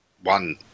One